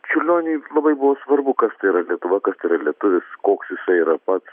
čiurlioniui labai buvo svarbu kas tai yra lietuva kas tai yra lietuvis koks jisai yra pats